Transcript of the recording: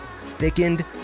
thickened